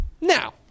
now